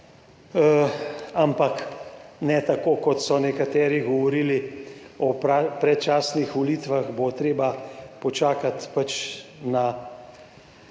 ampak ne tako, kot so nekateri govorili o predčasnih volitvah, bo treba počakati pač malo